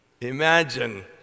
Imagine